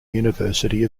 university